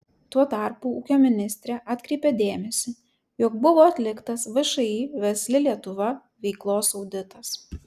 tuo tarpu ūkio ministrė atkreipia dėmesį jog buvo atliktas všį versli lietuva veiklos auditas